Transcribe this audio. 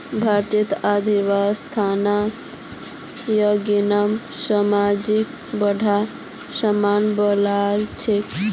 भारतेर अर्थव्यवस्था ययिंमन सामाजिक ढांचा स बनाल छेक